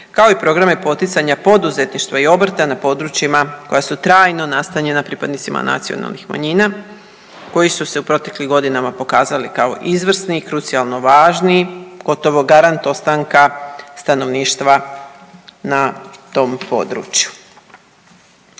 kao i programe poticanja poduzetništva i obrta na područjima koja su trajno nastanjena pripadnicima nacionalnih manjina koji su se u proteklim godinama pokazali kao izvrsni i krucijalno važni, gotovo garant ostanka stanovništva na tom području.